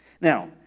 Now